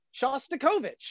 Shostakovich